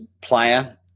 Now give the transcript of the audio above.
player